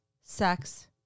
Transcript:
sex